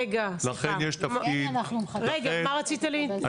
רגע, מה רצית להגיד כבוד השופט?